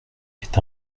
est